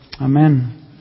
Amen